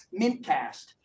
Mintcast